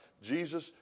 Jesus